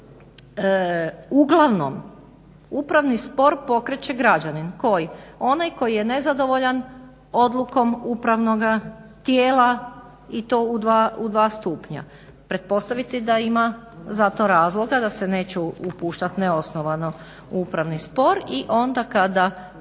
uglavnom upravni spor pokreće građanin. Koji? Onaj koji je nezadovoljan odlukom upravnoga tijela i to u dva stupnja. Pretpostavite da ima za to razloga, da se neće upuštati neosnovano u upravni spor i onda kada